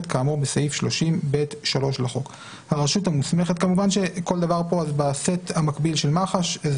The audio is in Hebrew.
כאמור בסעיף 30(ב3) לחוק," כמובן שכל דבר פה זה בסט המקביל של מח"ש אז